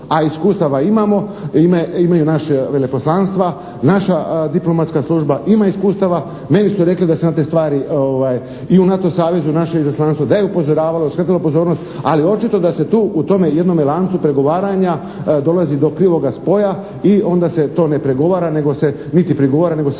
A iskustava imamo, imaju naša veleposlanstva, naša diplomatska služba ima iskustava, meni su rekli da se na te stvari i u NATO savezu naše izaslanstvo, da je upozoravalo, da je skretalo pozornost ali očito da se tu u tome jednome lancu pregovaranja dolazi do krivoga spoja i onda se to ne pregovara nego se niti prigovara nego prihvaća.